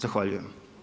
Zahvaljujem.